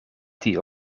die